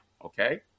okay